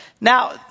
Now